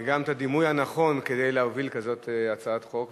וגם את הדימוי הנכון כדי להוביל כזאת הצעת חוק,